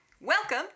Welcome